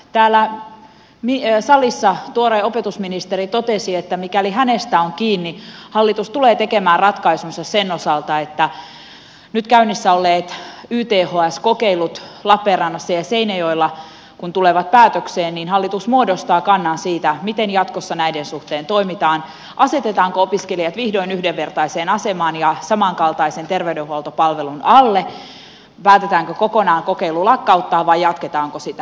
täällä salissa tuore opetusministeri totesi että mikäli hänestä on kiinni hallitus tulee tekemään ratkaisunsa sen osalta että kun nyt käynnissä olleet yths kokeilut lappeenrannassa ja seinäjoella tulevat päätökseen niin hallitus muodostaa kannan siitä miten jatkossa näiden suhteen toimitaan asetetaanko opiskelijat vihdoin yhdenvertaiseen asemaan ja samankaltaisen terveydenhuoltopalvelun alle päätetäänkö kokonaan kokeilu lakkauttaa vai jatketaanko sitä